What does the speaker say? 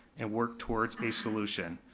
and work towards a solution.